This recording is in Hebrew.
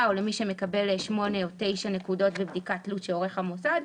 או למי שמקבל 8 או 9 נקודות בבדיקת תלות שעורך המוסד.